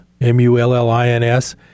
M-U-L-L-I-N-S